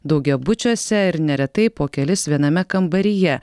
daugiabučiuose ir neretai po kelis viename kambaryje